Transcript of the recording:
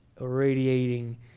irradiating